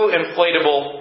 inflatable